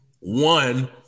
one